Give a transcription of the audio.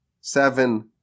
seven